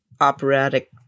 operatic